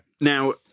now